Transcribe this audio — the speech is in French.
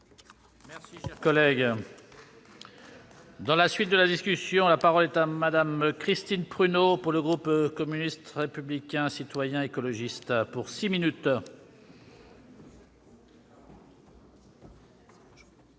Merci, cher collègue. Dans la suite de la discussion à la parole est à madame Christine Pruneau pour le groupe communiste, républicain, citoyen écologiste pour 6 minutes. Monsieur